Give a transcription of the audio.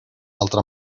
altra